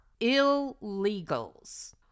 illegals